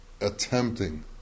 Attempting